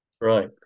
Right